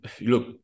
Look